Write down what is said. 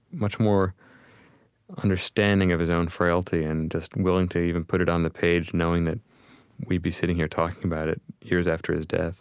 much more understanding of his own frailty and just willing to even put it on the page, knowing that we'd be sitting here talking about it years after his death